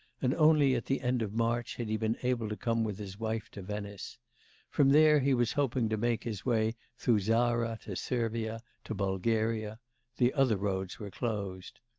and only at the end of march had he been able to come with his wife to venice from there he was hoping to make his way through zara to servia, to bulgaria the other roads were closed.